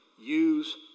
use